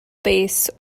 bass